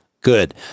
good